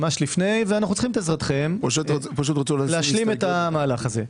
אנו צריכים את עזרתכם להשלים את המהלך הזה.